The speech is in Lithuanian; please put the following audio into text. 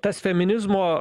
tas feminizmo